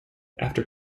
after